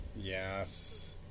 yes